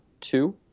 two